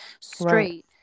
straight